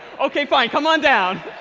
ok. fine, come on down.